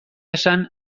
esan